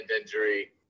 injury